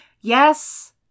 yes